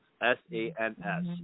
S-A-N-S